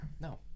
No